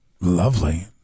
Lovely